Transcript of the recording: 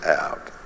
out